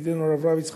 ידידנו הרב רביץ,